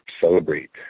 celebrate